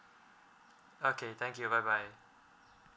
okay thank you bye bye